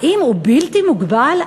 האם הוא בלתי מוגבל?